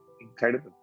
incredible